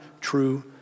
true